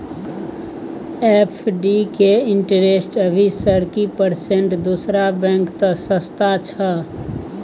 FD के interest अभी sir की परसेंट दूसरा बैंक त सस्ता छः?